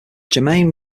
germain